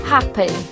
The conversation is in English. Happy